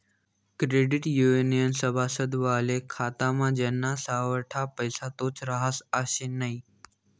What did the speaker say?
credit युनियननं सभासद व्हवाले खातामा ज्याना सावठा पैसा तोच रहास आशे नै